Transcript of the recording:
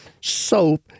SOAP